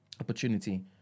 opportunity